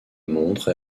montre